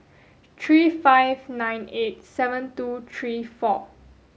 three five nine eight seven two three four